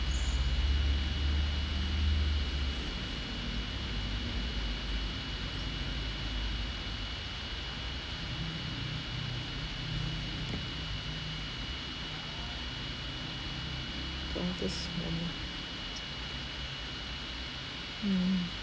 all this I mean hmm